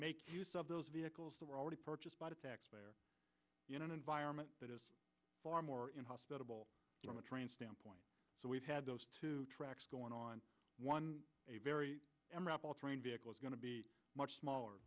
make use of those vehicles that were already purchased by the taxpayer in an environment that is far more inhospitable from a train standpoint so we've had those two tracks going on one a very memorable terrain vehicle is going to be much smaller